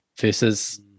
versus